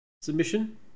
submission